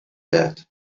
that